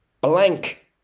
blank